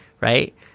right